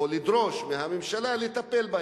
רק לראות אותו זה מעלה סוכר.